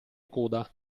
coda